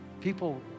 people